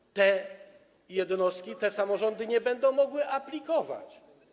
Tutaj te jednostki, te samorządy nie będą mogły aplikować.